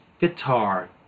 guitar